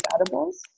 edibles